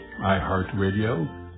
iHeartRadio